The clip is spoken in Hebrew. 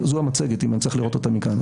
זו המצגת, אם אני צריך לראות אותה מכאן.